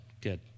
good